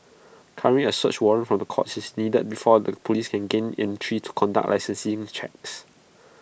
currently A search warrant from the courts is needed before out the Police can gain entry to conduct licensing checks